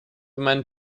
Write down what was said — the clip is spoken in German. meinen